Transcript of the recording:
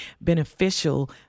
beneficial